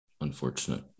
Unfortunate